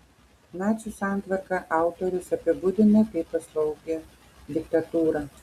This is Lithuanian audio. nacių santvarką autorius apibūdina kaip paslaugią diktatūrą